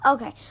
Okay